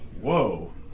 whoa